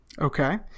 Okay